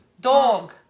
dog